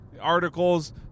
articles